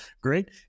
great